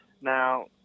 Now